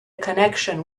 connection